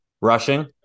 rushing